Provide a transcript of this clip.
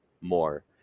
more